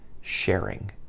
sharing